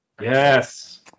Yes